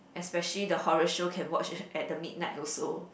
especially the horror show can watch at the midnight also